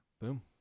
Boom